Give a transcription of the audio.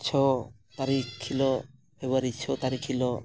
ᱪᱷᱚ ᱛᱟᱨᱤᱠᱷ ᱦᱤᱞᱳᱜ ᱯᱷᱮᱵᱽᱨᱩᱣᱟᱨᱤ ᱪᱷᱚ ᱛᱟᱨᱤᱠᱷ ᱦᱤᱞᱳᱜ